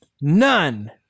None